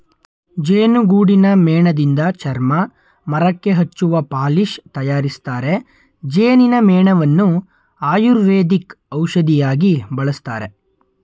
ಜೇನುಗೂಡಿನ ಮೇಣದಿಂದ ಚರ್ಮ, ಮರಕ್ಕೆ ಹಚ್ಚುವ ಪಾಲಿಶ್ ತರಯಾರಿಸ್ತರೆ, ಜೇನಿನ ಮೇಣವನ್ನು ಆಯುರ್ವೇದಿಕ್ ಔಷಧಿಯಾಗಿ ಬಳಸ್ತರೆ